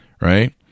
right